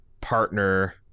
partner